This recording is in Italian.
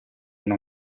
una